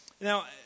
Now